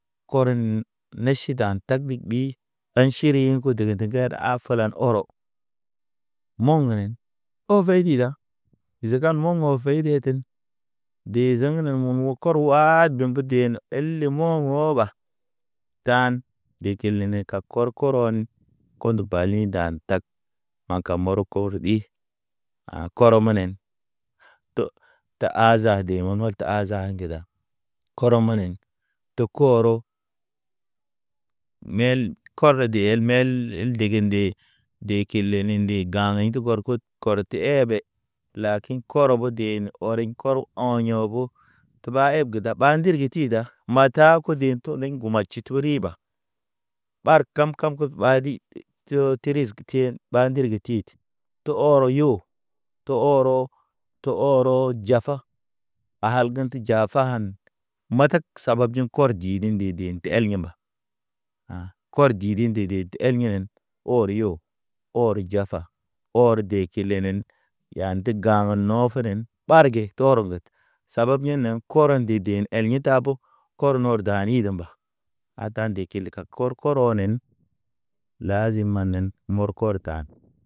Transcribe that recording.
Kɔren neʃidan tag big ɓi, an ʃirien ku dege degen ger af fulan ɔrɔ. Mo̰ nen o feydi da zekan mɔŋgɔ feyde ten, de zeŋ ne mə mo kɔr waa dum ge de ne. El le mo̰ hoba tan ɗe kil ne kar kɔrɔn. Kond bali dan tag, ma kam moro koro ɗi a̰ kɔrɔ mənen. To, te aza de məmel te aza ŋgeda, koro mənen, te koro mel kɔrɔ de el mel el dege nde. De kil le ne nde ga̰ aŋte kor kot kɔrte ɛbe, lakin kɔrɔ bo de ɔriŋ kɔr ɔyo̰ bo. Tuba ɛb ge da ɓa ndir ge ti da mata kodiŋ toliŋ ŋguma tʃito riba. Ɓar kam- kam keg ɓa diɗe tʃyo ti ris ti yen ɓa ndir ke tit. To ɔrɔ yo, to ɔrɔ. To ɔrɔ jafa. Al gḛnte jafa an, matak saba biyoŋ kɔr di nde- nde de el yima Or yo, or jafa, or de kilenen ya ndegaŋ no fenen. Ɓarge toroŋget saba biyeŋ neŋ, kɔrɔ nde de el ɲi ta bo. Koro nor da ni de mba a ta nde kil ka kor korɔnen. Lazim ma nen mɔr kor tan.